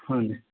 ਹਾਂਜੀ